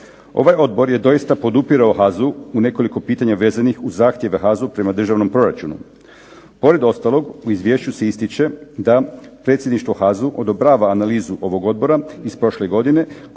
Ovaj odbor je doista podupirao HAZU u nekoliko pitanja vezanih u zahtjev HAZU prema državnom proračunu. Pored ostalog u izvješću se ističe da predsjedništvo HAZU odobrava analizu ovog odbora iz prošle godine